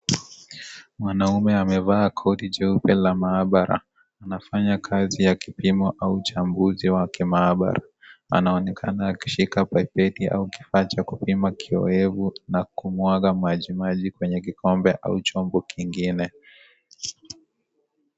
Mwanamume amevaa koti jeupe la maabara. Anafanya kazi ya kupima au uchunguzi wa kimaabara na anaonekana akishika paipeti au kifaa cha kupima kiowevu na kumwaga majimaji kwenye kikombe au chombo kingine.